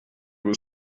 was